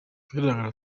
kayiranga